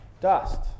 dust